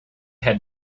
had